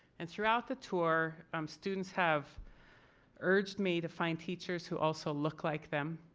and throughout the tour students have urged me to find teachers who also look like them.